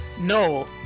No